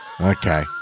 Okay